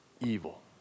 evil